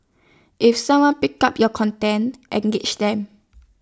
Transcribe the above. if someone pick up your content engage them